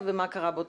זה מה שהרגשתי.